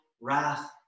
wrath